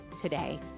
today